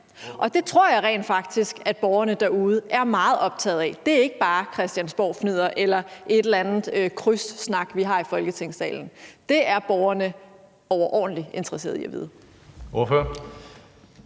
Og det tror jeg rent faktisk at borgerne derude er meget optaget af. Det er ikke bare christiansborgfnidder eller en eller anden krydssnak, vi har i Folketingssalen. Det er borgerne overordentlig interesserede i at vide.